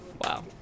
wow